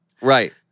Right